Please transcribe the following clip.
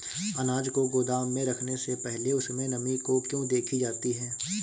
अनाज को गोदाम में रखने से पहले उसमें नमी को क्यो देखी जाती है?